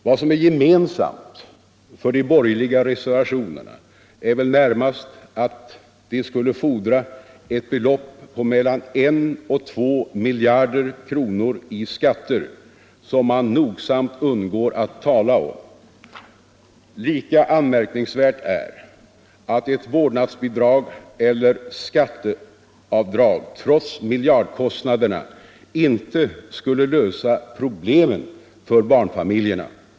Vad som är gemensamt för de borgerliga reservationerna är väl närmast att de skulle fordra ett belopp på mellan 1 och 2 miljarder kronor i skatter, som man nogsamt undgår att tala om. Lika anmärkningsvärt är att ett vårdnadsbidrag eller skatteavdrag trots miljardkostnaderna inte skulle lösa problemen för barnfamiljerna.